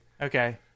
Okay